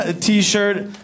T-shirt